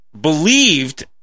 believed